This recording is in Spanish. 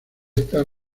estar